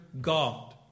God